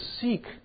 seek